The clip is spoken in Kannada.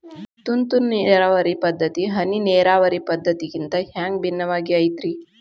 ತುಂತುರು ನೇರಾವರಿ ಪದ್ಧತಿ, ಹನಿ ನೇರಾವರಿ ಪದ್ಧತಿಗಿಂತ ಹ್ಯಾಂಗ ಭಿನ್ನವಾಗಿ ಐತ್ರಿ?